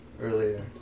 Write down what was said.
earlier